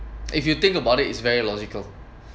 if you think about it it's very logical